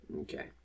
Okay